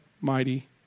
mighty